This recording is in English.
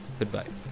Goodbye